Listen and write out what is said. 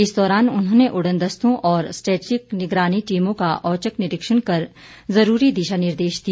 इस दौरान उन्होंने उड़नदस्तों और स्टेटिक निगरानी टीमों का औचक निरीक्षण कर जरूरी दिशा निर्देश दिए